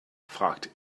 fragt